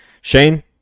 Shane